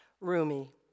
Rumi